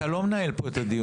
אתה לא מנהל פה את הדיון,